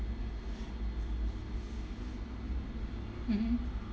mmhmm